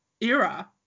era